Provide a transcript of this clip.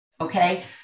okay